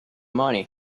money